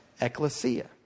ecclesia